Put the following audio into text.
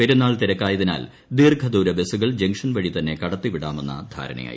പെരുന്നാൾ തിരക്കായതിനാൽ ദീർഘദൂര ബസുകൾ ജങ്ഷൻ വഴി തന്നെ കടത്തിവിടാമെന്ന ധാരണയായി